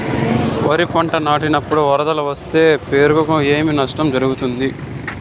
వరిపంట నాటినపుడు వరదలు వస్తే పైరుకు ఏమి నష్టం జరుగుతుంది?